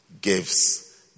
gives